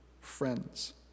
friends